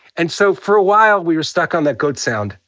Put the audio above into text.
and so, for a while, we were stuck on that goat sound.